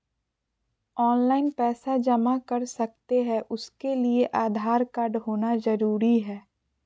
Online पैसा जमा कर सकते हैं उसके लिए आधार कार्ड होना जरूरी है?